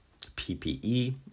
PPE